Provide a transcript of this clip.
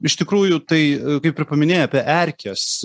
iš tikrųjų tai kaip ir paminėjai apie erkes